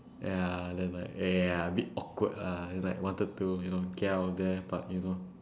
ya then like ya a bit awkward lah it's like wanted to you know get out of there but you know